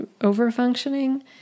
over-functioning